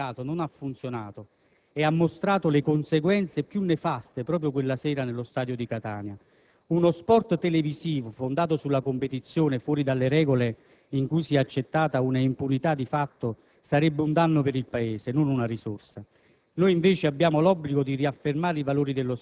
Un atteggiamento fondato sulla centralità del mercato non ha funzionato, e ha mostrato le conseguenze più nefaste proprio quella sera nello stadio di Catania. Uno sport televisivo, fondato sulla competizione fuori dalle regole, in cui sia accettata una impunità di fatto sarebbe un danno per il Paese, non una risorsa.